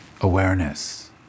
Awareness